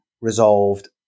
resolved